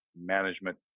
management